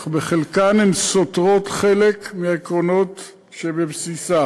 אך בחלקן הן סותרות חלק מהעקרונות שבבסיסה.